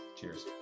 cheers